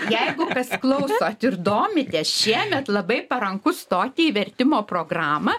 jeigu kas klausot ir domitės šiemet labai paranku stoti į vertimo programą